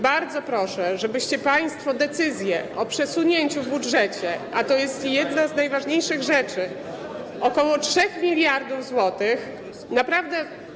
Bardzo proszę, żebyście państwo decyzje o przesunięciu w budżecie - a jest to jedna z najważniejszych rzeczy - ok. 3 mld zł, naprawdę.